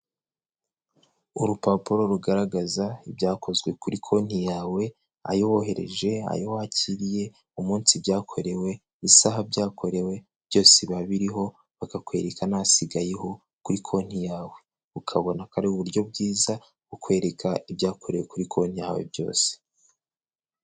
Urupapuro rugaragaza ibyakozwe kuri konti yawe, ayo wohererereje, ayo wakiriye, umunsi byakorewe, isaha byakorewe byose biba biriho, bakakwereka n'asigayeho kuri konti yawe, ukabona ko ari uburyo bwiza bukwereka ibyakorewe kuri konti yawe byose.